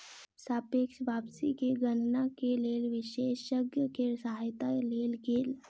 सापेक्ष वापसी के गणना के लेल विशेषज्ञ के सहायता लेल गेल